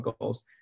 goals